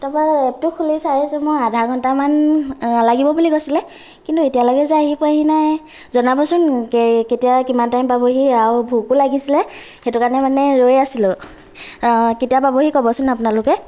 তাৰ পৰা এপটো খুলি চাইছোঁ মই আধাঘন্টামান লাগিব বুলি কৈছিলে কিন্তু এতিয়ালৈকে যে আহি পোৱাহি নাই জনাবচোন কেতিয়া কিমান টাইমত পাবহি আও ভোকো লাগিছিলে সেইটো কাৰণে মানে ৰৈ আছিলোঁ কেতিয়া পাবহি ক'বচোন আপোনালোকে